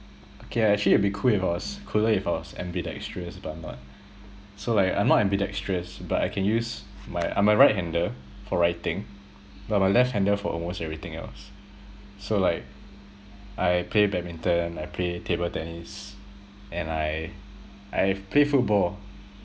okay I actually it will be cool if I was cooler if I was ambidextrous but I'm not so like I'm not ambidextrous but I can use my I'm a right hander for writing but a left hander for almost everything else so like I play badminton I play table tennis and I I've play football